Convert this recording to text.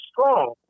strong